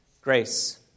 Grace